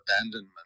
abandonment